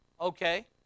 Okay